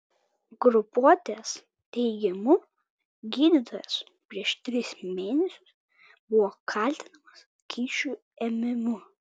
grupuotės teigimu gydytojas prieš tris mėnesius buvo kaltinamas kyšių ėmimu